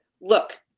look